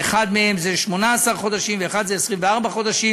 באחד מהם זה 18 חודשים ובאחד זה 24 חודשים.